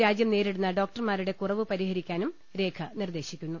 രാജ്യം നേരിടുന്ന ഡോക്ടർമാരുടെ കുറവ് പരിഹരിക്കാനും രേഖ നിർദ്ദേശിക്കുന്നു